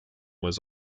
was